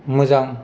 मोजां